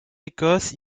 écosse